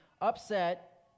upset